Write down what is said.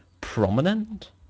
prominent